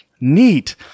Neat